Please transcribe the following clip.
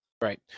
right